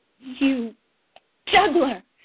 you juggler!